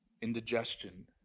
indigestion